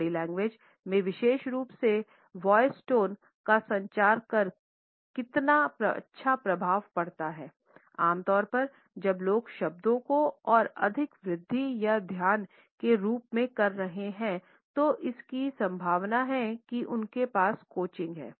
body language में विशेष रूप से वॉयस टोन का संचार पर कितना अच्छा प्रभाव पड़ता है आम तौर पर जब लोग शब्दों को और अधिक वृद्धि या ध्यान के रूप में कर रहे हैं तो इसकी संभावना है कि उनके पास कोचिंग है